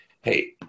Hey